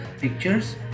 pictures